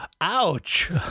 ouch